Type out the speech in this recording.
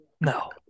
No